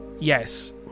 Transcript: yes